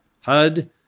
HUD